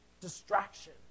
Distraction